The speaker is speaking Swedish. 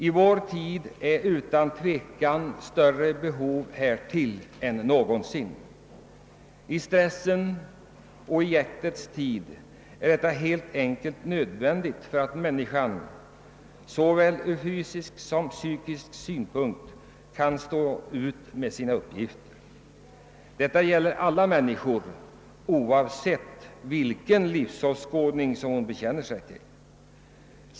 I vår tid är utan tvekan behovet härav större än någonsin. I tristessens och jäktets tid är detta helt enkelt nödvändigt om människan såväl psykiskt som fysiskt skall kunna stå ut med sin uppgift. Detta gäller alla människor oavsett vilken livsåskådning de bekänner sig till.